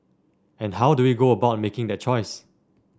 and how do we go about making the choice